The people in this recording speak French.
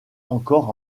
encore